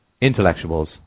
intellectuals